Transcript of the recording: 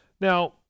Now